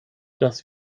dass